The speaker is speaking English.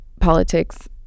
politics